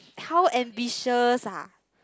how ambitious ah